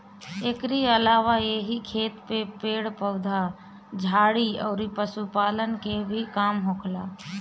एकरी अलावा एही खेत में पेड़ पौधा, झाड़ी अउरी पशुपालन के भी काम होखेला